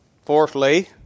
Fourthly